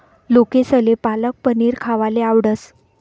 लोकेसले पालक पनीर खावाले आवडस